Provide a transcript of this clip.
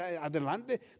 adelante